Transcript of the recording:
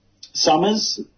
summers